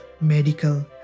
medical